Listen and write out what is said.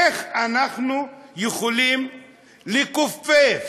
איך אנחנו יכולים לכופף